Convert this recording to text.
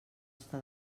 està